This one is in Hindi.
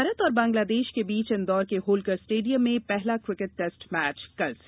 भारत और बांग्लादेश के बीच इन्दौर के होलकर स्टेडियम में पहला किकेट टेस्ट मैच कल से